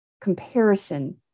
comparison